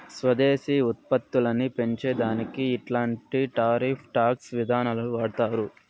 స్వదేశీ ఉత్పత్తులని పెంచే దానికి ఇట్లాంటి టారిఫ్ టాక్స్ విధానాలు వాడతారు